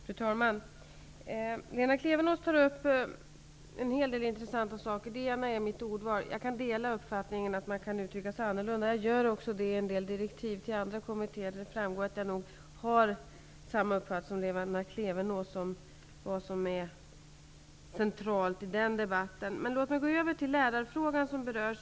Fru talman! Lena Klevenås tar upp en hel del intressanta saker, exempelvis mitt ordval. Det är också min uppfattning att man kan uttrycka sig annorlunda. Jag uttrycker mig också annorlunda i en del direktiv till andra kommittéer. Det framgår nog där att jag har samma uppfattning som Lena Klevenås när det gäller vad som är centralt i debatten. Men låt mig gå över till lärarfrågan som har berörts.